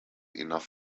enough